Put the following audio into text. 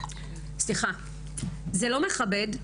סליחה, זה לא מכבד,